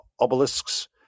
obelisks